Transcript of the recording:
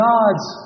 God's